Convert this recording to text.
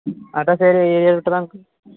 address ఏరి ఏ area uncle